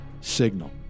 signal